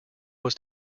was